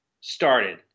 started